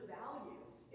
values